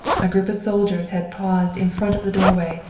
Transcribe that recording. a group of soldiers had paused in front of the doorway,